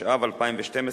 התשע"ב 2012,